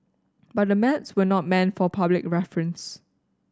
but the maps were not meant for public reference